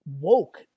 woke